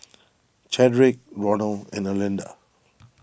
Chadrick Ronal and Erlinda